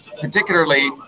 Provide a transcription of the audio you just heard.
particularly